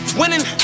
winning